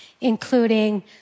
including